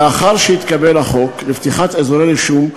לאחר שהתקבל החוק לפתיחת אזורי רישום,